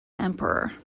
emperor